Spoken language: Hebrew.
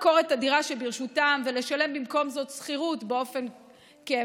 או למכור את הדירה שברשותם ולשלם במקום זאת שכירות באופן קבוע,